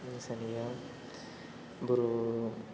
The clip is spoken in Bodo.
मोसानाया बर'